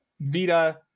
Vita